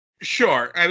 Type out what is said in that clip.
Sure